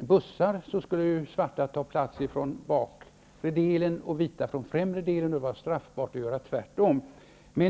I bussarna skulle svarta ta plats från bakre delen och vita från främre delen. Det var straffbart att göra tvärtom.